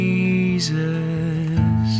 Jesus